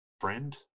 friend